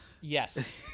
Yes